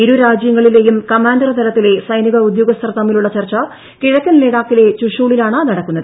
ഇരുരാജ്യങ്ങളിലെയും commander തലത്തിലെ സൈനിക ഉദ്യോഗസ്ഥർ തമ്മിലുള്ള പ്രിർച്ച് കിഴക്കൻ ലഡാക്കിലെ ചുഷുളിലാണ് നടക്കുന്നത്